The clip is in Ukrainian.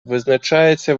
визначається